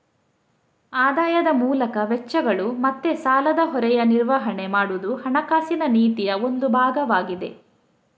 ಆದಾಯದ ಮೂಲಕ ವೆಚ್ಚಗಳು ಮತ್ತೆ ಸಾಲದ ಹೊರೆಯ ನಿರ್ವಹಣೆ ಮಾಡುದು ಹಣಕಾಸಿನ ನೀತಿಯ ಒಂದು ಭಾಗವಾಗಿದೆ